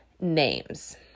names